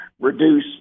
reduce